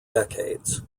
decades